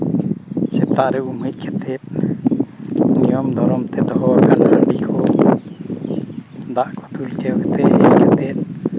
ᱥᱮᱛᱟᱜ ᱨᱮ ᱩᱢ ᱦᱮᱡ ᱠᱟᱛᱮᱫ ᱱᱤᱭᱚᱢ ᱫᱷᱚᱨᱚᱢ ᱛᱮ ᱫᱚᱦᱚ ᱦᱩᱭᱩᱜᱼᱟ ᱦᱟᱺᱰᱤ ᱠᱚ ᱠᱟᱛᱮᱫ